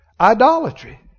idolatry